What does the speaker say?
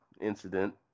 incident